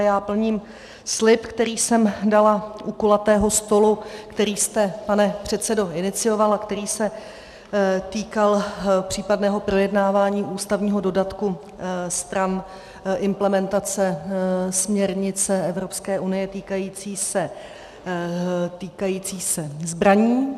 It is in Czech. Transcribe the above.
Já plním slib, který jsem dala u kulatého stolu, který jste, pane předsedo, inicioval a který se týkal případného projednávání ústavního dodatku stran implementace směrnice Evropské unie týkající se zbraní.